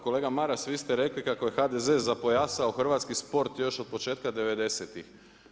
Kolega Maras, vi ste rekli, kako je HDZ zapojasao hrvatski sport još od početka '90.-tih.